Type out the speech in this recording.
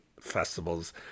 festivals